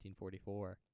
1944